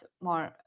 more